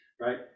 right